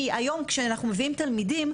כי היום כשאנחנו מביאים תלמידים,